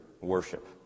worship